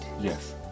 Yes